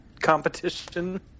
competition